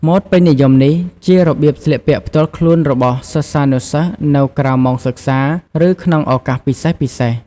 ម៉ូដពេញនិយមនេះ ជារបៀបស្លៀកពាក់ផ្ទាល់ខ្លួនរបស់សិស្សានុសិស្សនៅក្រៅម៉ោងសិក្សា ឬក្នុងឱកាសពិសេសៗ។